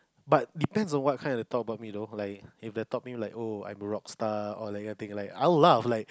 but depends on what kind they talk about me though like if they talk me like oh I'm a rock star or like I think like I will laugh like